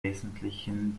wesentlichen